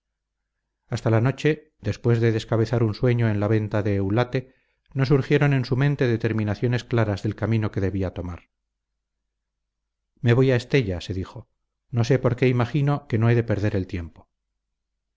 hasta la noche después de descabezar un sueño en la venta de eulate no surgieron en su mente determinaciones claras del camino que debía tomar me voy a estella se dijo no sé por qué imagino que no he de perder el tiempo